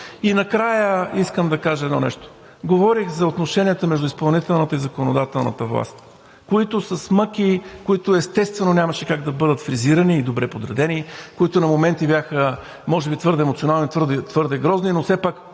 И накрая искам да кажа едно нещо. Говорих за отношенията между изпълнителната и законодателната власт, които с мъки, които, естествено, нямаше как да бъдат фризирани и добре подредени, които на моменти бяха може би твърде емоционални, твърде грозни, но все пак